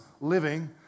living